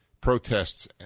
protests